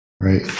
right